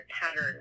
pattern